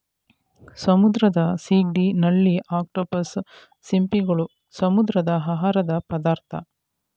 ಸಮುದ್ರದ ಸಿಗಡಿ, ನಳ್ಳಿ, ಅಕ್ಟೋಪಸ್, ಸಿಂಪಿಗಳು, ಸಮುದ್ರದ ಆಹಾರದ ಪದಾರ್ಥ